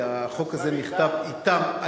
כי החוק הזה נכתב אתם,